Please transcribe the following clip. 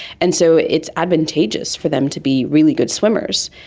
and so it's advantageous for them to be really good swimmers.